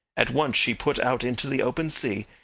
at once she put out into the open sea,